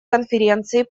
конференции